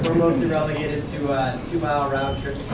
mostly relegated to two mile round trips